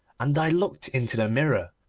and i looked into the mirror,